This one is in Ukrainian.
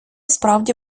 справді